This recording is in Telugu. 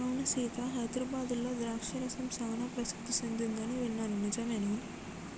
అవును సీత హైదరాబాద్లో ద్రాక్ష రసం సానా ప్రసిద్ధి సెదింది అని విన్నాను నిజమేనా